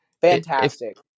fantastic